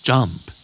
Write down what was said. Jump